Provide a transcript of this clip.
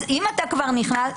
אז אם אתה כבר נכנס,